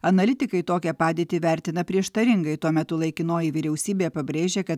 analitikai tokią padėtį vertina prieštaringai tuo metu laikinoji vyriausybė pabrėžė kad